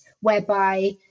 whereby